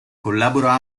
collabora